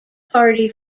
party